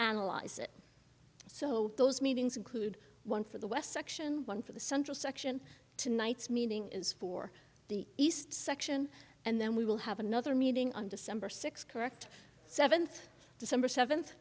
analyze it so those meetings include one for the west section one for the central section tonight's meeting is for the east section and then we will have another meeting on december sixth correct seventh december